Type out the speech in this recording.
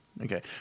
Okay